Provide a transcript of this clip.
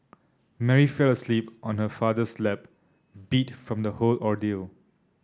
Mary fell asleep on her father's lap beat from the whole ordeal